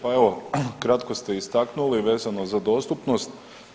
Pa evo kratko ste istaknuli vezano za dostupnost.